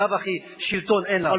בלאו הכי שלטון אין לנו.